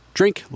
drink